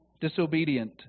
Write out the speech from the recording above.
disobedient